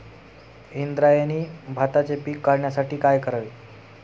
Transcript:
इंद्रायणी भाताचे पीक वाढण्यासाठी काय करावे?